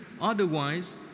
otherwise